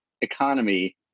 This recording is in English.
economy